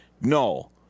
no